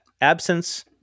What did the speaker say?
absence